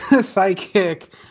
Psychic